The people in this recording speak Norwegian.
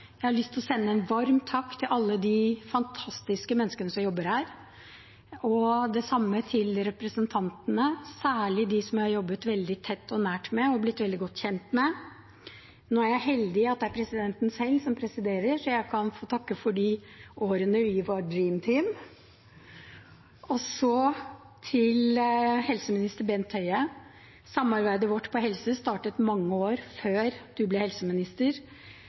Jeg har lyst til å sende en varm takk til alle de fantastiske menneskene som jobber her, og det samme til representantene, særlig dem som jeg har jobbet veldig tett og nært med og blitt veldig godt kjent med. Nå er jeg så heldig at det er presidenten selv som presiderer, så jeg kan få takket for de årene vi var «dream team». Og så til helseminister Bent Høie: Samarbeidet vårt på helseområdet startet mange år før han ble helseminister.